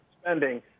spending